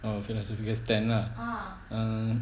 ah philosophical stand lah um